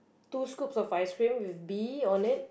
two scoops of ice cream with B on it